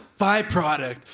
byproduct